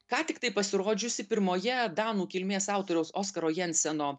ką tiktai pasirodžiusi pirmoje danų kilmės autoriaus oskaro jenseno